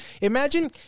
Imagine